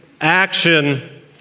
action